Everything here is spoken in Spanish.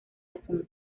asunto